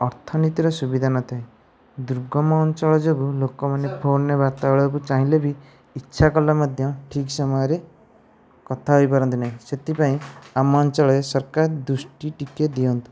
ଅର୍ଥନୀତିର ସୁବିଧା ନଥାଏ ଦୁର୍ଗମ ଅଞ୍ଚଳ ଯୋଗୁଁ ଲୋକମାନେ ଫୋନରେ ବାର୍ତ୍ତାଳାପ ହେବାକୁ ଚାହିଁଲେବି ଇଚ୍ଛା କଲେ ମଧ୍ୟ ଠିକ୍ ସମୟରେ କଥା ହୋଇପାରନ୍ତି ନାହିଁ ସେଥିପାଇଁ ଆମ ଅଞ୍ଚଳରେ ସରକାର ଦୃଷ୍ଟି ଟିକିଏ ଦିଅନ୍ତୁ